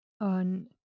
on